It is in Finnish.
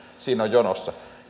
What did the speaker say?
siinä on jonossa